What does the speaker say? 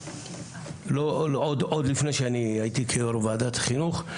עד לפני שהייתי יו"ר ועדת החינוך.